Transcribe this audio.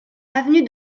avenue